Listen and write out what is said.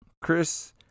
Chris